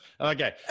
Okay